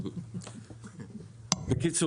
בקיצור,